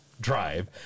drive